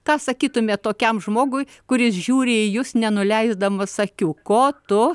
ką sakytumėt tokiam žmogui kuris žiūri į jus nenuleisdamas akių ko tu